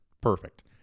Perfect